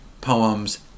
poems